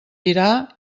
dirà